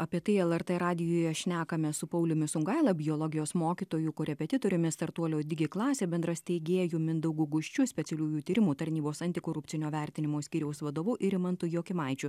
apie tai lrt radijuje šnekamės su pauliumi sungaila biologijos mokytoju korepetitoriumi startuolio digi klasė bendrasteigėju mindaugu guščiu specialiųjų tyrimų tarnybos antikorupcinio vertinimo skyriaus vadovu ir rimantu jokimaičiu